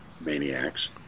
maniacs